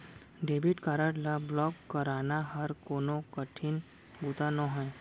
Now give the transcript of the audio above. debit card ल block कराना हर कोनो कठिन बूता नोहे